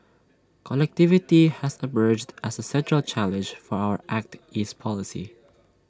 connectivity has emerged as A central challenge for our act east policy